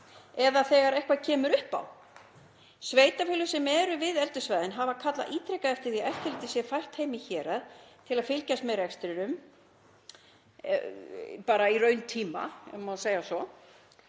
eða þegar eitthvað kemur upp á. Sveitarfélög sem eru við eldissvæðin hafa kallað ítrekað eftir því að eftirlitið sé fært heim í hérað til að fylgjast með rekstrinum bara í rauntíma, ef segja má